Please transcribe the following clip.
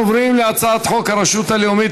אנחנו עוברים להצעת חוק הרשות הלאומית